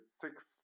six